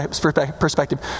perspective